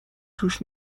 توش